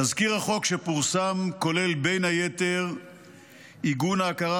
תזכיר החוק שפורסם כולל בין היתר עיגון ההכרה